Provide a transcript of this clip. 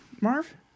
Marv